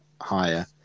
higher